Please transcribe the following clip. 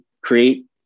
create